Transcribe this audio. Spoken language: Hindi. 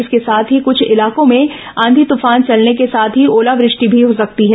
इसके साथ ही कुछ इलाकों में आंधी तूफान चलने के साथ ही ओलावृष्टि भी हो सकती है